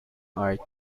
art